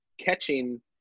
catching